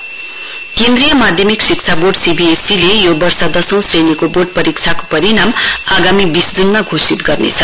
CBSE result केन्द्रीय माध्यमिक शिक्षा बोर्ड सीबीएसई ले यो वर्ष दशौं श्रेणीको बोर्ड परीक्षाको परिणाम आगामी बीस ज्नमा घोषित गर्नेछ